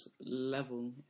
level